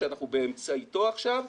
שאנחנו באמצעו עכשיו,